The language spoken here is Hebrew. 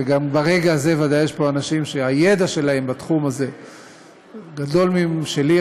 גם ברגע הזה ודאי יש פה אנשים שהידע שלהם בתחום הזה גדול משלי,